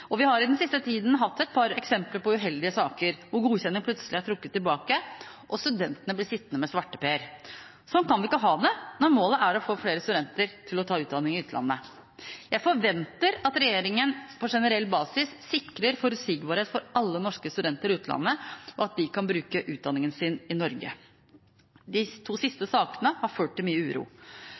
og kiropraktorer, f.eks. Vi har i den siste tiden hatt et par eksempler på uheldige saker hvor godkjenning plutselig er trukket tilbake, og studentene blir sittende med svarteper. Sånn kan vi ikke ha det når målet er å få flere studenter til å ta utdanning i utlandet. Jeg forventer at regjeringen på generell basis sikrer forutsigbarhet for alle norske studenter i utlandet, og at de kan bruke utdanningen sin i Norge. De to siste sakene har ført til mye uro.